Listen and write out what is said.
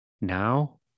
Now